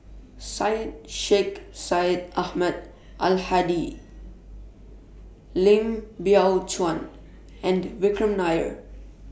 Syed Sheikh Syed Ahmad Al Hadi Lim Biow Chuan and Vikram Nair